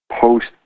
post